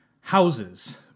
houses